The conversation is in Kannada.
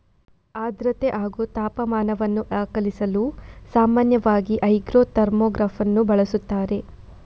ಆರ್ದ್ರತೆ ಹಾಗೂ ತಾಪಮಾನವನ್ನು ದಾಖಲಿಸಲು ಸಾಮಾನ್ಯವಾಗಿ ಹೈಗ್ರೋ ಥರ್ಮೋಗ್ರಾಫನ್ನು ಬಳಸುತ್ತಾರೆ